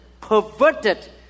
perverted